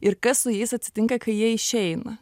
ir kas su jais atsitinka kai jie išeina